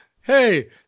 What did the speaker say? Hey